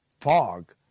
fog